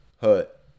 hut